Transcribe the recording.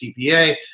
CPA